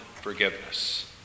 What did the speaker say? forgiveness